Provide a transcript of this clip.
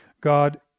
God